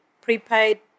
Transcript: prepaid